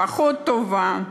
פחות טובה.